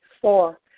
Four